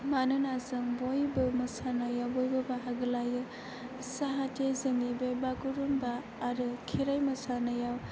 मानोना जों बयबो मोसानायाव बयबो बाहागो लायो जाहाथे जोंनि बे बागुरुम्बा आरो खेराय मोसानायाव